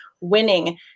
winning